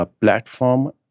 Platform